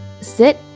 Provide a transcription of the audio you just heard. Sit